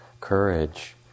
courage